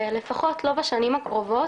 לפחות לא בשנים הקרובות,